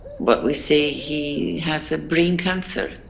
what we say, he has a brain cancer,